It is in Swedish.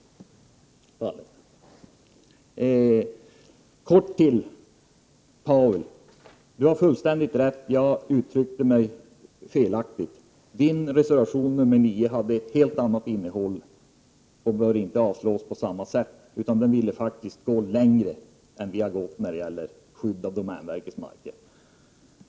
Jag vill till Paul Lestander helt kort säga att han har fullständigt rätt, jag uttryckte mig felaktigt. Paul Lestanders reservation nr 9 har ett helt annat innehåll än vad som framgick av det jag sade, och den bör inte avstyrkas med samma motivering som gäller för de övriga motionerna. I reservationen vill vpk gå längre än utskottsmajoriteten när det gäller skydd av domänverkets marker.